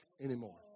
anymore